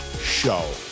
Show